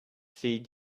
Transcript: see